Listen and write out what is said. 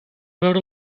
veure